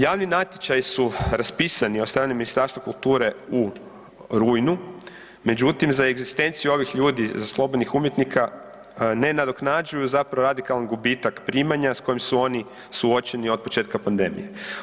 Javni natječaji su raspisani od strane Ministarstva kulture u rujnu, međutim za egzistenciju ovih ljudi slobodnih umjetnika ne nadoknađuju zapravo radikalan gubitak primanja s kojim su oni suočeni od početka pandemije.